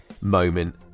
moment